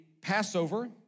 Passover